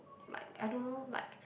like I don't know like